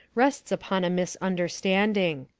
rests upon a misunderstanding.